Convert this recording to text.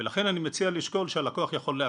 לכן אני מציע לשקול שהלקוח יכול להקפיא.